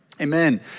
Amen